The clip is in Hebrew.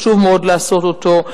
חשוב מאוד לעשות אותו.